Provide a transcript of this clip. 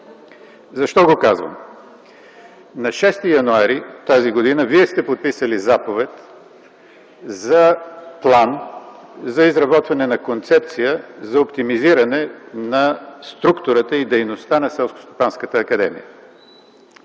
Защо го казвам? На 6 януари тази година Вие сте подписали заповедта за план за изработване на концепция за оптимизиране на структурата и дейността на Селскостопанската